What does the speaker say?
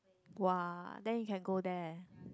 !woah! then you can go there